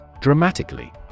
Dramatically